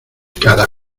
cada